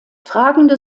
tragende